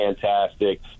fantastic